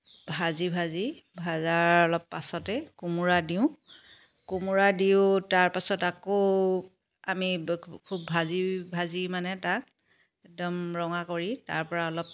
ভাজি ভাজি ভজাৰ অলপ পাছতেই কোমোৰা দিওঁ কোমোৰা দিও তাৰপাছত আকৌ আমি খুব ভাজি ভাজি মানে তাক একদম ৰঙা কৰি তাৰপৰা অলপ